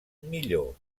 millor